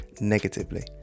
negatively